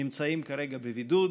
נמצאים כרגע בבידוד,